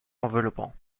enveloppant